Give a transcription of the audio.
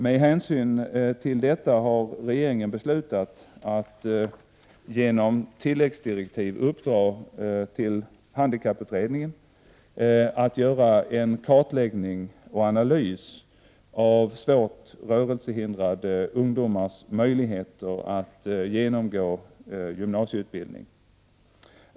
Med hänsyn till detta har regeringen beslutat att genom tilläggsdirektiv uppdra åt handikapputredningen att göra en kartläggning och analys av svårt rörelsehindrade ungdomars möjligheter att genomgå gymnasieutbildning.